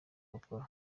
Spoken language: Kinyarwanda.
bakora